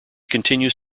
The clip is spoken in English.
continues